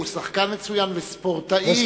הוא שחקן מצוין וספורטאי.